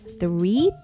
three